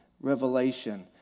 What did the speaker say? revelation